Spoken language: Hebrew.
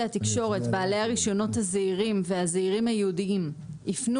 התקשורת בעלי הרישיונות הזעירים והזעירים הייעודיים ייפנו